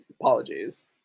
Apologies